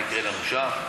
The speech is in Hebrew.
מה יקרה לנו שם?